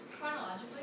Chronologically